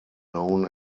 known